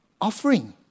offering